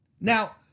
Now